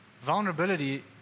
Vulnerability